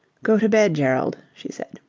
go to bed, gerald, she said.